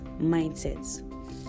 mindsets